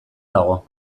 dago